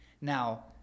Now